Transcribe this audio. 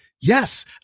yes